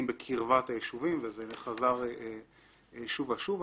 בקרבת היישובים וזה חזר ועלה בדיון שוב ושוב.